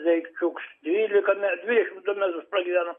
daikčiukas dvylika me dvidešimt du metus pragyvenom